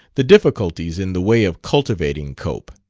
the difficulties in the way of cultivating cope.